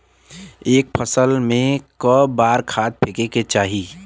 एक फसल में क बार खाद फेके के चाही?